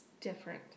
different